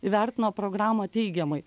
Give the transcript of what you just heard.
įvertino programą teigiamai